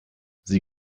sie